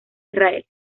israel